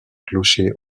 clocher